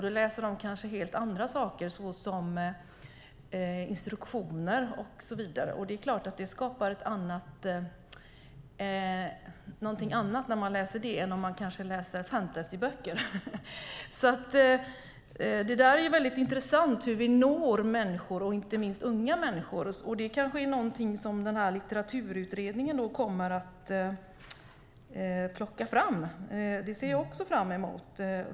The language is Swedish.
De läser kanske helt andra saker, såsom instruktioner och så vidare. Det är klart att det skapar något annat när de läser det än om de kanske läser fantasyböcker. Det är alltså väldigt intressant hur vi når människor, inte minst unga människor. Det kanske är någonting Litteraturutredningen kommer att plocka fram. Det ser jag också fram emot.